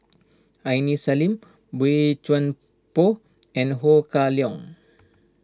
Aini Salim Boey Chuan Poh and Ho Kah Leong